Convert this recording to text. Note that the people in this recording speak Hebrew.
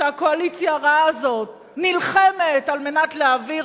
והקואליציה הרעה הזאת נלחמת על מנת להעביר,